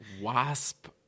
WASP